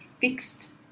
fixed